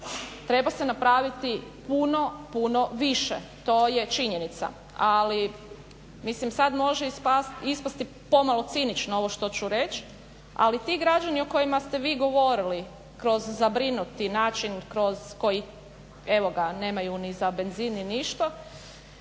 Treba se napraviti puno, puno više to je činjenica, ali mislim sada može ispasti pomalo cinično ovo što ću reći, ali ti građani o kojima ste vi govorili kroz zabrinuti način kroz koji evo ga nemaju ni za benzin ni